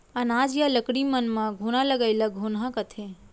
अनाज या लकड़ी मन म घुना लगई ल घुनहा कथें